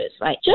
right